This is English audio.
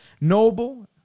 noble